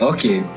Okay